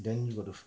then we got to